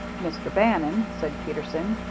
mr. bannon, said peterson,